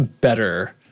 better